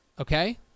okay